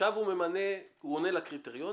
עכשיו הוא עונה לקריטריונים,